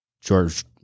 George